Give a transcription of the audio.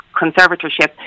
conservatorship